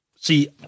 See